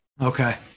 okay